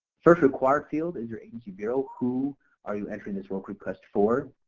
first required field is your agency bureau, who are you entering this work request for.